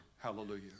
Hallelujah